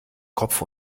kopf